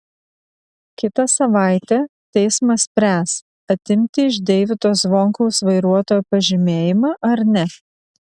kitą savaitę teismas spręs atimti iš deivydo zvonkaus vairuotojo pažymėjimą ar ne